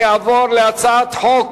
אני עובר להצעת חוק